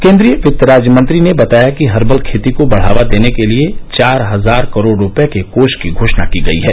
केन्द्रीय वित्त राज्य मंत्री ने बताया कि हर्बल खेती को बढावा देने के लिए चार हजार करोड़ रुपये के कोष की घोषणा की गई है